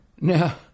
Now